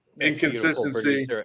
inconsistency